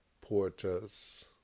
porters